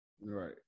Right